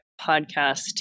podcast